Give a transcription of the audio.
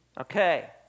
Okay